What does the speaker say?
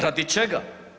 Radi čega?